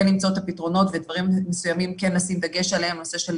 כן למצוא את הפתרונות ועל דברים מסוימים כן לשים דגש כמו נושא של